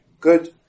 Good